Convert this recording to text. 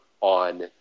on